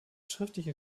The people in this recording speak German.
schriftliche